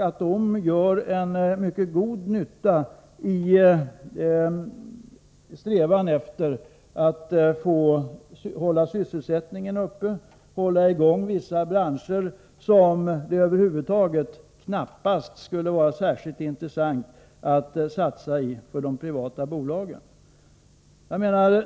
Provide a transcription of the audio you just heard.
Dessa gör en mycket god nytta i och med att de håller sysselsättningen uppe och håller i gång vissa branscher som det knappast skulle vara särskilt intressant för de privata bolagen att satsa i.